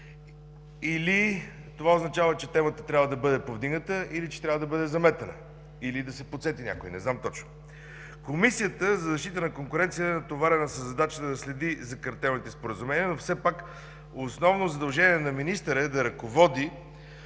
Или това означава, че темата трябва да бъде повдигната, или че трябва да бъде заметена, или да се подсети някой?! Не знам точно. Комисията за защита на конкуренцията е натоварена със задачата да следи за картелните споразумения, но все пак основно задължение на министъра е да ръководи,